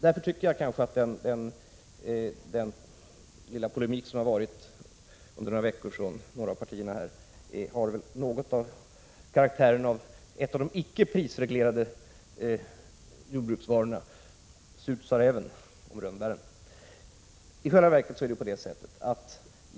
Jag tycker därför att den lilla polemik som har förekommit under några veckor mellan några av partierna till karaktären liknar en av de icke prisreglerade jordbruksvarorna — jag tänker då på uttrycket: surt sade räven om rönnbären.